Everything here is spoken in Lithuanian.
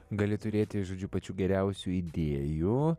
gali turėti žodžiu pačių geriausių idėjų